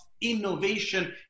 innovation